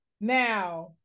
now